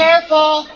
Careful